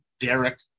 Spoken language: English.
Derek